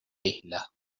isla